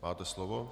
Máte slovo.